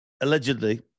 Allegedly